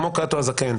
כמו קאטו הזקן,